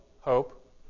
hope